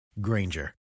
Granger